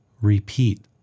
repeat